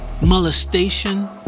molestation